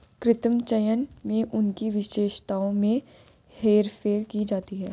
कृत्रिम चयन में उनकी विशेषताओं में हेरफेर की जाती है